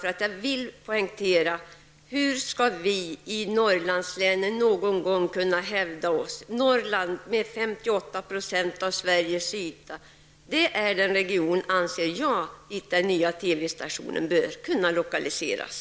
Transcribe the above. Hur skall vi i Norrlandslänen någon gång kunna hävda oss? Norrland med 58 % av Sveriges yta är, enligt min mening, den region dit den nya TV-stationen bör kunna lokaliseras.